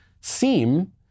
seem